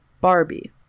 Barbie